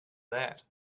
that